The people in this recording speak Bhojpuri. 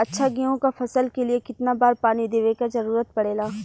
अच्छा गेहूँ क फसल के लिए कितना बार पानी देवे क जरूरत पड़ेला?